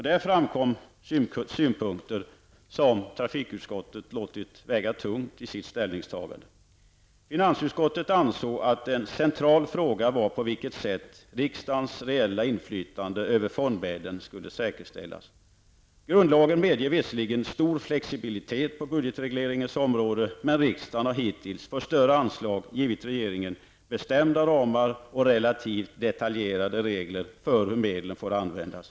Där framkom synpunkter som trafikutskottet har låtit väga tungt för sitt ställningstagande. Finansutskottet ansåg att en central fråga var på vilket sätt riksdagens reella inflytande över fondmedlen skulle säkerställas. Grundlagen medger visserligen stor flexibilitet på budgetregleringens område, men riksdagen har hittills för större anslag givit regeringen bestämda ramar och relativt detaljerade regler för hur medlen får användas.